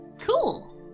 cool